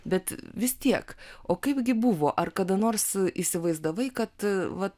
bet vis tiek o kaipgi buvo ar kada nors įsivaizdavai kad va